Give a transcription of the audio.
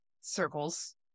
circles